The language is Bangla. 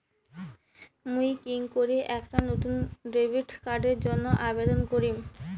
মুই কেঙকরি একটা নতুন ডেবিট কার্ডের জন্য আবেদন করিম?